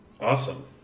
awesome